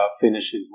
finishes